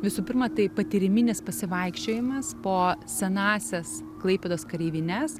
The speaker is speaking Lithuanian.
visų pirma tai patyriminis pasivaikščiojimas po senąsias klaipėdos kareivines